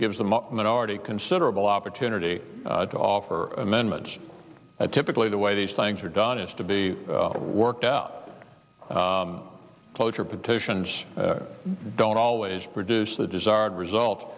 gives them up minority considerable opportunity to offer amendments that typically the way these things are done is to be worked out cloture petitions don't always produce the desired result